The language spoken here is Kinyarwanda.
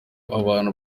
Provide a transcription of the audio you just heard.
abantu